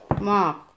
Mark